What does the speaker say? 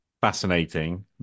fascinating